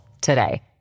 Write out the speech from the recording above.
today